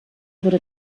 wurde